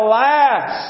Alas